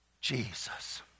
Jesus